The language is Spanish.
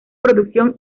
producción